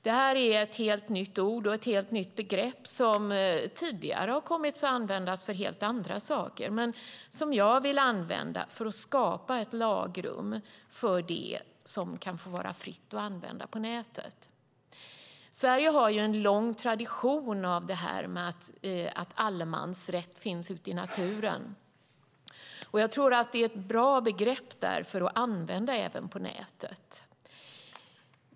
Detta är ett helt nytt begrepp, som tidigare har använts för helt andra saker men som jag vill använda för att skapa ett lagrum för det som kan få vara fritt att använda på nätet. Sverige har en lång tradition av att allemansrätt finns ute i naturen, och jag tror att det är ett bra begrepp att använda även för nätet.